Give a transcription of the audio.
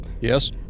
Yes